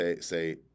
say